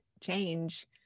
change